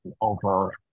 over